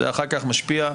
זה אחר כך משפיע,